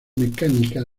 mecánica